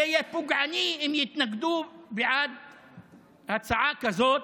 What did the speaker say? זה יהיה פוגעני אם יתנגדו להצעה כזאת,